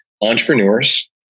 entrepreneurs